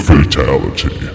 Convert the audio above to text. Fatality